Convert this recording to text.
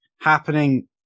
happening